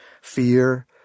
Fear